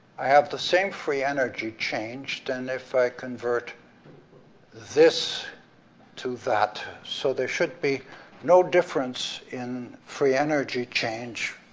i have the same free energy changed, and if i convert this to that, so there should be no difference in free energy change,